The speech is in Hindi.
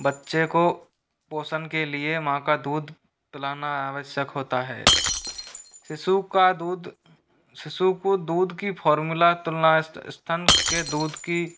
बच्चे को पोषण के लिए माँ का दूध पिलाना आवश्यक होता है शिशु का दूध शिशु को दूध की फार्मूला तुलना स्तन के दूध की